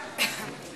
חוץ